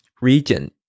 region